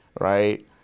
right